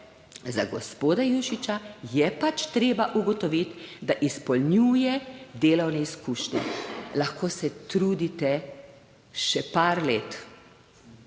Za gospoda Jušića je pač treba ugotoviti, da izpolnjuje delovne izkušnje. Lahko se trudite, še par let,